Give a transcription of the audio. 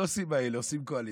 הדוסים האלה עושים קואליציות,